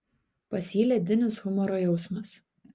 pas jį ledinis humoro jausmas